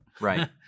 Right